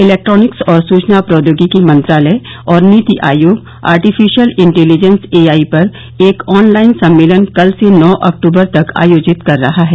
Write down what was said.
electronics और सूचना प्रौद्योगिकी मंत्रालय और NITI Aayog artificial intelligence A I पर एक ऑन लाइन सम्मेलन कल से नौ अक्टूबर तक आयोजित कर रहे हैं